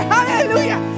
Hallelujah